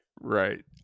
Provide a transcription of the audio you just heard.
right